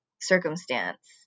circumstance